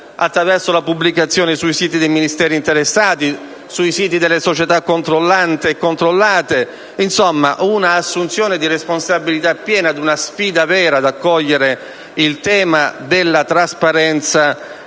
attraverso la pubblicazione sui siti dei Ministeri interessati e delle società controllanti e controllate. Insomma, si tratta di un'assunzione di responsabilità piena ed una sfida vera ad accogliere il tema della trasparenza